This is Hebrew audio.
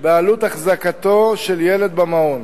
בעלות החזקתו של ילד במעון.